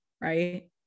right